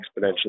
exponentially